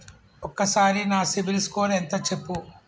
ఒక్కసారి నా CIBIL score ఎంత చెప్పు?